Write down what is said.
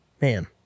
man